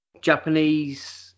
Japanese